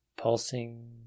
Pulsing